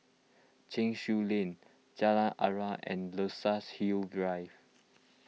Cheng Soon Lane Jalan Aruan and Luxus Hill Drive